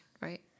right